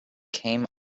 came